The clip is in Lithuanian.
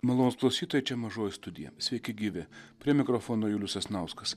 malonūs klausytojai čia mažoji studija sveiki gyvi prie mikrofono julius sasnauskas